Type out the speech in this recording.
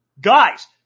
Guys